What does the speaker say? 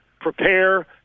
prepare